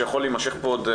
שיכול להימשך פה עוד,